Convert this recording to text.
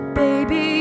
baby